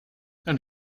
and